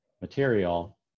material